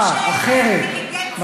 אתה,